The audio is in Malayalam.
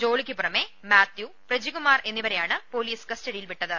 ജോളിയ്ക്കു പുറമെ മാത്യു പ്രജികുമാർ എന്നിവരെയാണ് പൊലീസ് കസ്റ്റഡിയിൽ വിട്ടത്